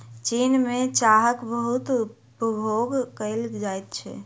चीन में चाहक बहुत उपभोग कएल जाइत छै